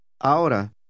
Ahora